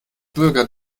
bürger